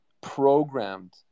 programmed